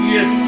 Yes